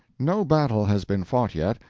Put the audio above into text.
no battle has been fought yet.